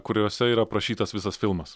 kuriuose yra aprašytas visas filmas